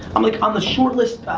i'm like on the short list,